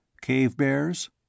Cave-bears